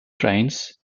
trains